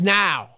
now